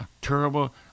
terrible